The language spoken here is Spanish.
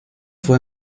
fue